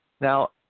Now